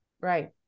Right